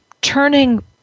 turning